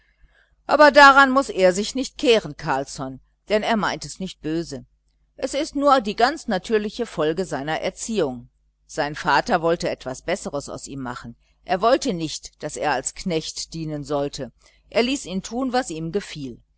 aber daran muß er sich nicht kehren carlsson denn er meint es nicht böse es ist die ganz natürliche folge seiner erziehung sein vater wollte etwas besseres aus ihm machen er wollte nicht daß er als knecht dienen sollte er ließ ihn tun was ihm gefiel